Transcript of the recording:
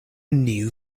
new